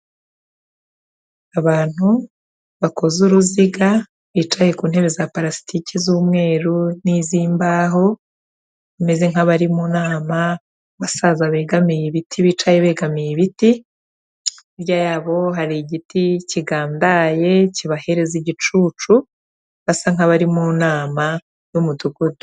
Abantu bakoze uruziga, bicaye ku ntebe za palasitike z'umweru n'iz'imbaho, bameze nk'abari mu nama, abasaza begamiye ibiti bicaye begamiye ibiti, hirya yabo hari igiti kigandaye kibahereza igicucu, basa nk'abari mu nama y'umudugudu.